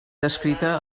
descrita